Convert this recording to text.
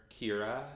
Kira